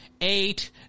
eight